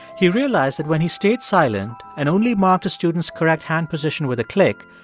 he realized that when he stayed silent and only marked a student's correct hand position with a click,